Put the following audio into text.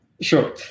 Sure